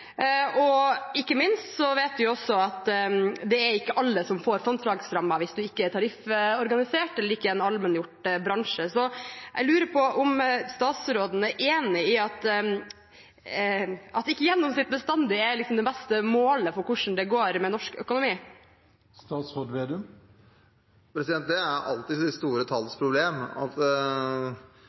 og ikke minst vet vi at det ikke er alle som får frontfagsrammen, hvis man ikke er tarifforganisert eller ikke er i en allmenngjort bransje. Så jeg lurer på om statsråden er enig i at gjennomsnitt ikke bestandig er målet for hvordan det går med norsk økonomi. Det er alltid de store